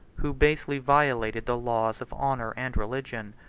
who basely violated the laws of honor and religion.